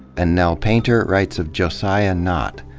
and nell painter writes of josiah nott,